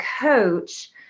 coach